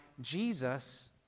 Jesus